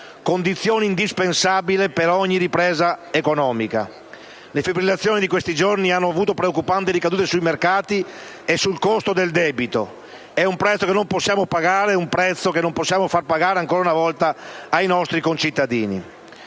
condizione indispensabile per ogni ripresa economica. Le fibrillazioni di questi giorni hanno avuto preoccupanti ricadute sui mercati e sul costo del debito. È un prezzo che non possiamo far pagare ancora una volta ai nostri concittadini.